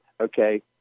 okay